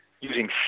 using